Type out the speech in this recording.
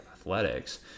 athletics